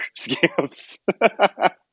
scams